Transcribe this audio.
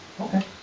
Okay